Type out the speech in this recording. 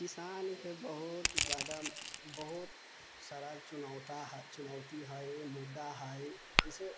किसान के बहुत जादा बहुत सारा चुनौती है मुद्दा है जाहिसे